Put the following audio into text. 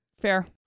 Fair